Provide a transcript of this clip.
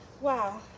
Wow